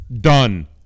Done